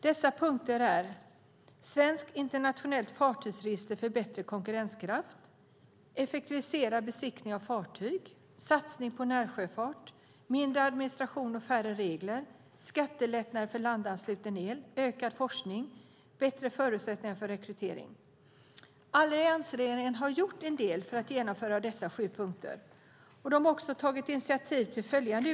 Det gäller svenskt internationellt fartygsregister för bättre konkurrenskraft effektiviserad besiktning av fartyg satsning på närsjöfart mindre administration och färre regler skattelättnader för landansluten el ökad forskning bättre förutsättningar för rekrytering. Alliansregeringen har gjort en del för att genomföra vad som finns under dessa sju punkter och har också tagit initiativ till utredningar.